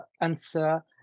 answer